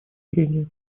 прения